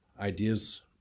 Ideas